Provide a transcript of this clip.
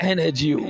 Energy